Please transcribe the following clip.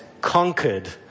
conquered